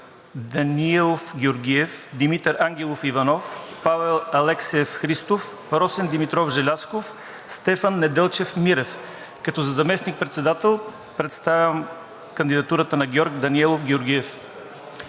Даниелов Георгиев, Димитър Ангелов Иванов, Павел Алексеев Христов, Росен Димитров Желязков, Стефан Неделчев Мирев, като за заместник-председател представям кандидатурата на Георг Даниелов Георгиев.